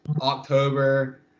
October